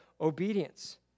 obedience